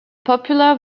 popular